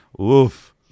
Oof